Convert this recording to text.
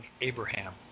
Abraham